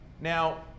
Now